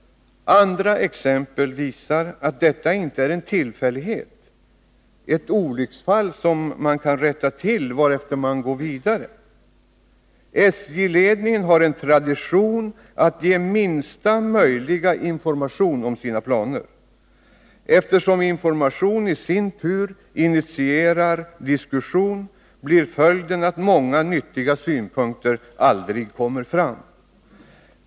Andra exempel visar att detta inte är en tillfällighet — ett olycksfall som kan rättas till, varefter man går vidare. SJ-ledningen har en tradition att ge minsta möjliga information om sina planer. Eftersom information i sin tur initierar diskussion, blir följden av utebliven information att många nyttiga synpunkter inte kommer fram.